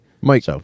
Mike